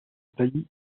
taillis